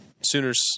Sooners